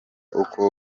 uko